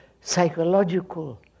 psychological